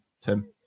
Tim